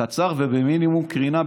קצר ובמינימום קרינה,